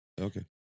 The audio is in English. Okay